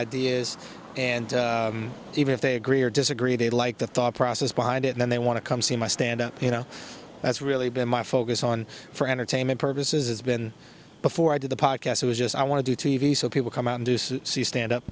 ideas and even if they agree or disagree they like the thought process behind it and they want to come see my stand up you know that's really been my focus on for entertainment purposes has been before i did the podcast it was just i want to do t v so people come out and see stand up